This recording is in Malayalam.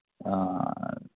ആ